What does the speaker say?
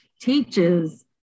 teaches